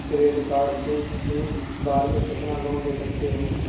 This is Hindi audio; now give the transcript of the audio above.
क्रेडिट कार्ड से एक बार में कितना लोन ले सकते हैं?